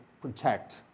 protect